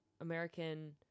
American